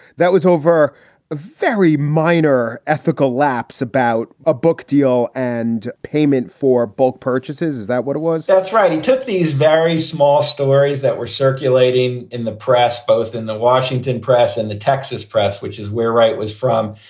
that was over a very minor ethical lapse about a book deal and payment for book purchases. is that what it was? that's right. he took these very small stories that were circulating in the press, both in the washington press and the texas press, which is where wright was from.